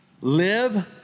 live